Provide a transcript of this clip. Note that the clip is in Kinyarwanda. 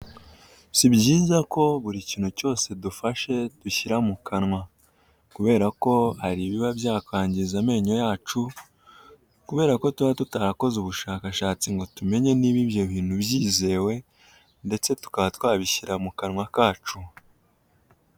Si byiza ko buri kintu cyose dufashe dushyira mu kanwa, kubera ko hari ibiba byakwangiza amenyo yacu kubera ko tuba tutarakoze ubushakashatsi ngo tumenye niba ibyo bintu byizewe ndetse tukaba twabishyira mu kanwa kacu.